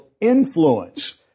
influence